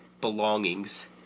belongings